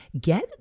get